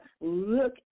Look